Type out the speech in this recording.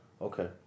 Okay